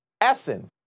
Essen